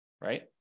right